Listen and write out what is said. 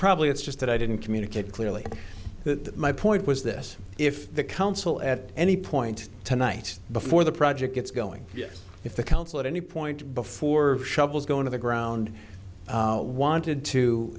probably it's just that i didn't communicate clearly that my point was this if the council at any point tonight before the project gets going yes if the council at any point before shovels go into the ground wanted to